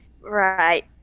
right